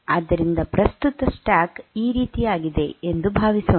ಆದ್ದರಿಂದ ಪ್ರಸ್ತುತ ಸ್ಟ್ಯಾಕ್ ಈ ರೀತಿಯಾಗಿದೆ ಎಂದು ಭಾವಿಸೋಣ